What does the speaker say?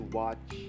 watch